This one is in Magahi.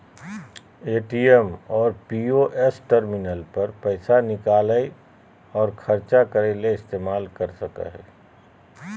ए.टी.एम और पी.ओ.एस टर्मिनल पर पैसा निकालय और ख़र्चा करय ले इस्तेमाल कर सकय हइ